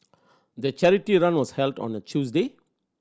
the charity run was held on a Tuesday